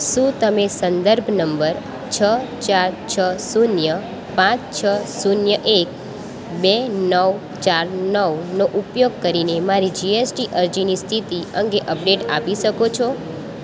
શું તમે સંદર્ભ નંબર છ ચાર છ સૂન્ય પાંચ છ શૂન્ય એક બે નવ ચાર નવનો ઉપયોગ કરીને મારી જીએસટી અરજીની સ્થિતિ અંગે અપડેટ આપી શકો છો